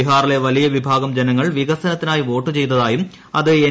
ബിഹാറിലെ വലിയ വിഭാഗം ജനങ്ങൾ വികസനത്തിനായി വോട്ട് ചെയ്തതായും അത് എൻ